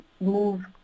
move